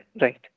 right